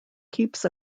keeps